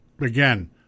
Again